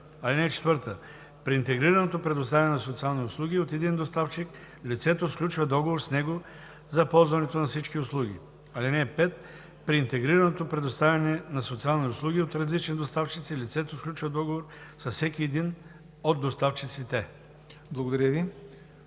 среда. (4) При интегрираното предоставяне на социални услуги от един доставчик лицето сключва договор с него за ползването на всички услуги. (5) При интегрираното предоставяне на социални услуги от различни доставчици лицето сключва договор с всеки един от доставчиците.“